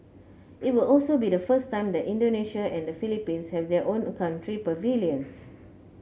it will also be the first time that Indonesia and the Philippines have their own country pavilions